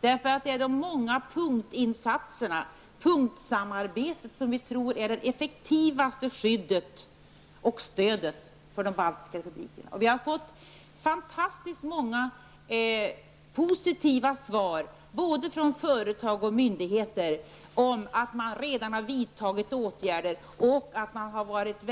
Det är de många punktinsatserna och punktsamarbete som vi tror är det effektivaste skyddet och stödet för de baltiska republikerna. Vi har fått fantastiskt många positiva svar både från företag och myndigheter. Man har redan vidtagit åtgärder och varit